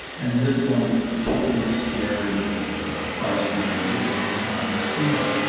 and this one is particularly scary and feisty and difficult to understand.